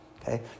Okay